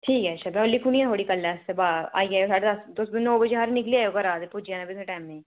ठीक ऐ नांऽ लिखी ओड़नी आं में थुआढ़ा कल्लै आस्तै आई जाएओ बा साढे दस नौ बजे सारे निकली जाएओ घरा फ्ही पुज्जी जाना तुसें टेमें दे